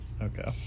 Okay